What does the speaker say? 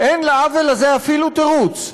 אין לעוול הזה אפילו תירוץ.